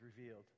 revealed